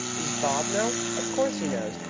does bob know? of course he knows.